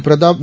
Pratap we